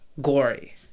gory